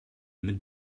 mit